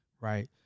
right